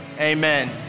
amen